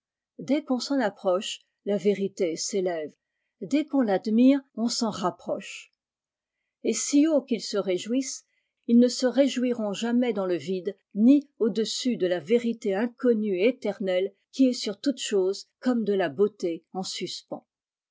dès qu'on s'en approche la vérité s'élève dès qu'on l'admire on s'en rapproche et si haut qu'ils se réjouissent ils ne se réjouiront jamais dans le vide ni au-dessus de la vérité inconnue et éternelle qui est sur toute chose comme de la beauté en suspens